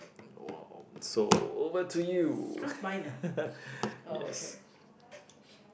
!wow! so over to you yes